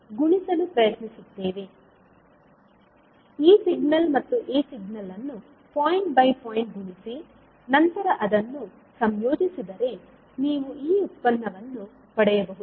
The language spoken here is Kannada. ಈ ಸಿಗ್ನಲ್ ಮತ್ತು ಈ ಸಿಗ್ನಲ್ ಅನ್ನು ಪಾಯಿಂಟ್ ಬೈ ಪಾಯಿಂಟ್ ಗುಣಿಸಿ ನಂತರ ಅದನ್ನು ಸಂಯೋಜಿಸಿದರೆ ನೀವು ಈ ಉತ್ಪನ್ನವನ್ನು ಪಡೆಯಬಹುದು